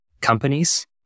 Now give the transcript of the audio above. companies